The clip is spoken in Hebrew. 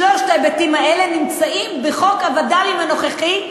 שלושת ההיבטים האלה נמצאים בחוק הווד"לים הנוכחי,